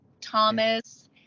Thomas